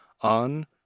on